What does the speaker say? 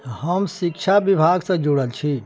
हम शिक्षा विभागसँ जुड़ल छी